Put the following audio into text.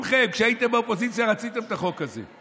כולכם, כשהייתם באופוזיציה, רציתם את החוק הזה.